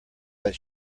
that